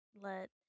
let